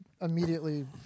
immediately